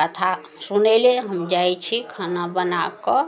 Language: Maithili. कथा सुनय लेल हम जाइ छी खाना बनाकऽ